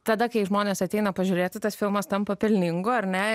tada kai žmonės ateina pažiūrėti tas filmas tampa pelningu ar ne